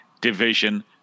division